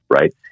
right